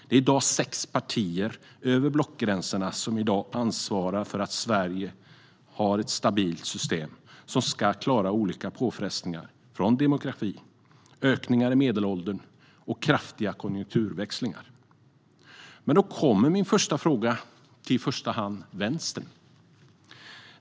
Det är i dag sex partier över blockgränserna som ansvarar för att Sverige har ett stabilt system som ska klara olika påfrestningar från demografi, ökningar av medelåldern och kraftiga konjunkturväxlingar. Då kommer min första fråga till i första hand Vänstern.